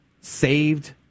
saved